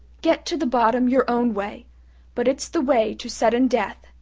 get to the bottom your own way but it's the way to sudden death,